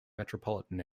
metropolitan